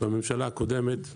בממשלה הקודמת תבוטל.